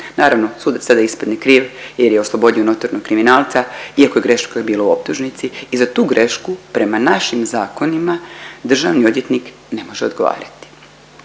Naravno, sudac sada ispadne kriv jer je oslobodio notornog kriminalca iako greška je bila u optužnici i za tu grešku prema našim zakonima državni odvjetnik ne može odgovarati.